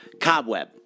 Cobweb